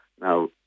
Now